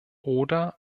oder